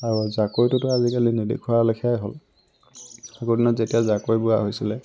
আও জাকৈটোতো আজিকালি নেদেখা লেখীয়াই হ'ল আগৰ দিনত যেতিয়া জাকৈ বোৱা হৈছিলে